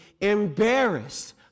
embarrassed